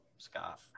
Scott